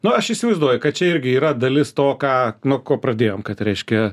nu aš įsivaizduoju kad čia irgi yra dalis to ką nuo ko pradėjom kad reiškia